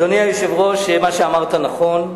אדוני היושב-ראש, מה שאמרת נכון,